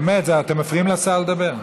באמת, אתם מפריעים לשר לדבר.